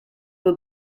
were